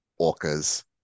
orcas